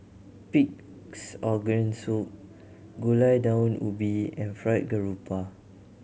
Pig's Organ Soup Gulai Daun Ubi and Fried Garoupa